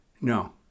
No